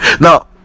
Now